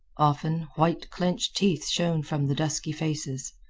often, white clinched teeth shone from the dusky faces.